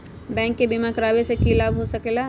Bank से बिमा करावे से की लाभ होई सकेला?